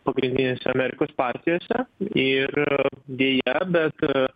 pagrindinėse amerikos partijose ir deja bet